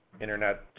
internet